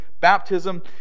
baptism